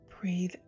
Breathe